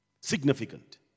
Significant